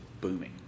booming